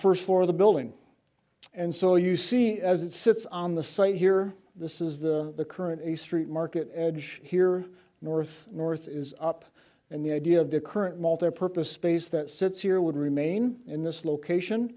first floor of the building and so you see as it sits on the site here this is the current a street market edge here north north is up and the idea of the current multi purpose space that sits here would remain in this location